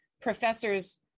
professors